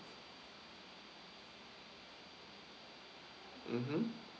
mmhmm